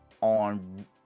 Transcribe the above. on